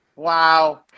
wow